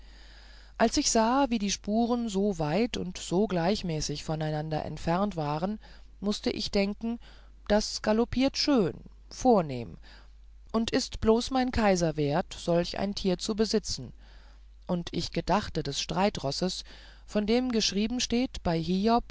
als ich sah wie die spuren so weit und so gleichmäßig voneinander entfernt waren mußte ich denken das galoppiert schön vornehm und ist bloß mein kaiser wert solch ein tier zu besitzen und ich gedachte des streitrosses von dem geschrieben steht bei hiob